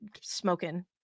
Smoking